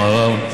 מערב,